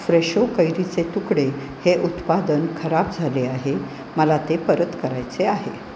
Fresho कैरीचे तुकडे हे उत्पादन खराब झाले आहे मला ते परत करायचे आहे